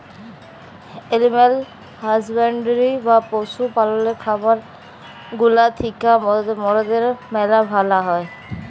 animal husbandry বা পশু পাললের খামার গুলা থিক্যা মরদের ম্যালা ভালা হ্যয়